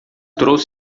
trouxe